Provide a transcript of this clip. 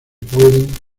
pueden